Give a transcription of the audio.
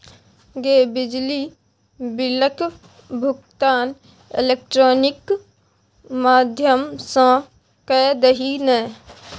गै बिजली बिलक भुगतान इलेक्ट्रॉनिक माध्यम सँ कए दही ने